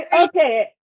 okay